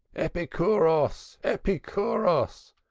epikouros, epikouros,